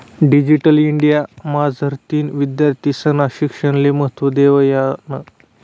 digital India मझारतीन विद्यार्थीस्ना शिक्षणले महत्त्व देवायनं